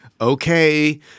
Okay